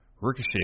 Ricochet